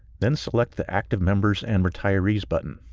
then select the active members and retirees button.